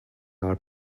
are